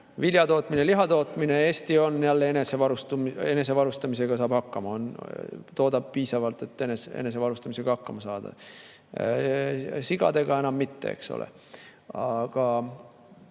viljatootmine, lihatootmine – saab Eesti enesevarustamisega hakkama, toodab piisavalt, et enesevarustamisega hakkama saada. Sigadega enam mitte. Aga